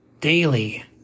...daily